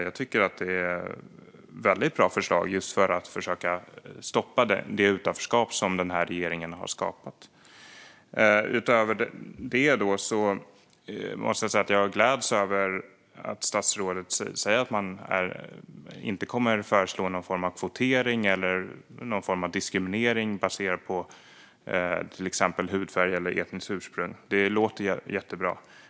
Jag tycker att detta är väldigt bra förslag just för att försöka stoppa det utanförskap som den här regeringen har skapat. Utöver det måste jag säga att jag gläds åt att statsrådet säger att man inte kommer att föreslå någon form av kvotering eller diskriminering baserat på till exempel hudfärg eller etniskt ursprung.